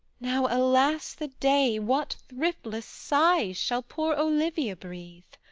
now, alas the day what thriftless sighs shall poor olivia breathe!